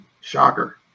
Shocker